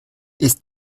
ist